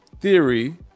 theory